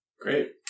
Great